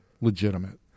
legitimate